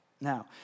Now